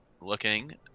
looking